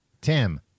Tim